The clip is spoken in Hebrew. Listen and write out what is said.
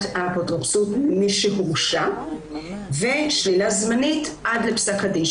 האפוטרופסות ממי שהורשע ושלילה זמנית עד לפסק הדין.